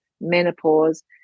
menopause